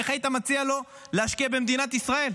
איך היית מציע לו להשקיע במדינת ישראל?